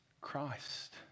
Christ